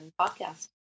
podcast